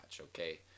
okay